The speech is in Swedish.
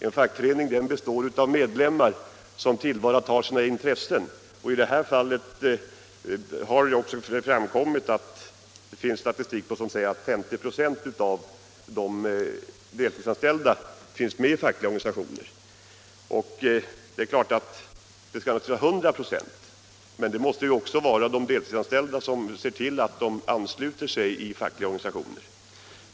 En fackförening består av medlemmar som tillvaratar sina intressen. I detta fall har det också framkommit att det finns statistik som säger att 50 96 av de deltidsanställda finns med i fackliga organisationer. Det är klart att det borde vara 100 96. Men det måste också vara de deltidsanställa som ser till att man ansluter sig till fackliga organisationer.